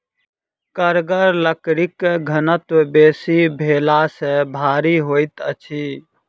कड़गर लकड़ीक घनत्व बेसी भेला सॅ भारी होइत अछि